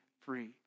free